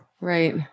Right